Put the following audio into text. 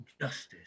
justice